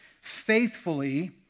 faithfully